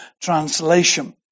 translation